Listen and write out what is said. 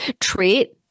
treat